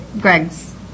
Greg's